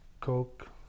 coke